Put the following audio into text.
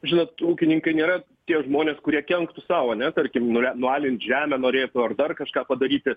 žinot ūkininkai nėra tie žmonės kurie kenktų sau ane tarkim nule nualint žemę norėtų ar dar kažką padaryti